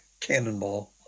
Cannonball